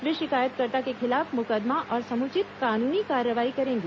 वे शिकायतकर्ता के खिलाफ मुकदमा और समुचित कानूनी कार्रवाई करेंगी